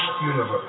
universe